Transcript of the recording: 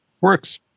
works